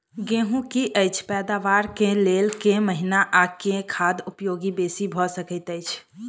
गेंहूँ की अछि पैदावार केँ लेल केँ महीना आ केँ खाद उपयोगी बेसी भऽ सकैत अछि?